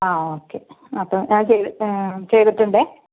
ആ ഓക്കെ അപ്പം ആ ചെയ്തിട്ടുണ്ടേ